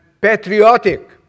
patriotic